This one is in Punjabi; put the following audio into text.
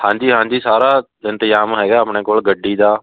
ਹਾਂਜੀ ਹਾਂਜੀ ਸਾਰਾ ਇੰਤਜ਼ਾਮ ਹੈਗਾ ਆਪਣੇ ਕੋਲ ਗੱਡੀ ਦਾ